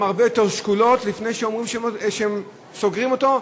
הרבה יותר שקולות לפני שאומרים שסוגרים אותו,